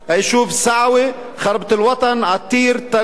היישובים סעוה, חרבת-אלוטן, עתיר, תלאע-רשיד,